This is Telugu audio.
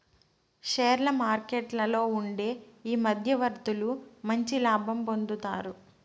షేర్ల మార్కెట్లలో ఉండే ఈ మధ్యవర్తులు మంచి లాభం పొందుతారు